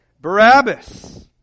Barabbas